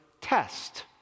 test